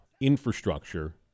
infrastructure